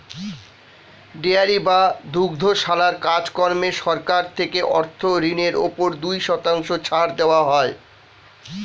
dairy বা দুগ্ধশালার কাজ কর্মে সরকার থেকে অর্থ ঋণের উপর দুই শতাংশ ছাড় দেওয়া হয়